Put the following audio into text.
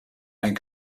and